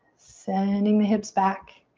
sending the hips back.